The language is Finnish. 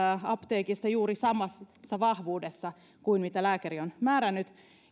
apteekissa juuri samassa vahvuudessa kuin mitä lääkäri on määrännyt